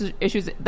issues